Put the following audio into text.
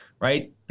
right